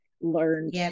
learn